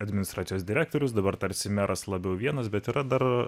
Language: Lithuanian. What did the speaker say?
administracijos direktorius dabar tarsi meras labiau vienas bet yra dar